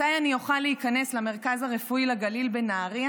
מתי אני אוכל להיכנס למרכז הרפואי לגליל בנהריה